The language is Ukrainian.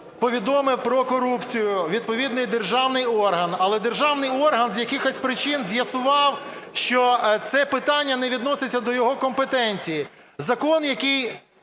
повідомив про корупцію відповідний державний орган, але державний орган з якихось причин з'ясував, що це питання не відноситься до його компетенції. Закон нам